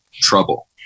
trouble